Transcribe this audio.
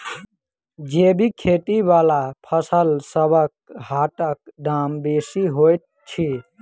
जैबिक खेती बला फसलसबक हाटक दाम बेसी होइत छी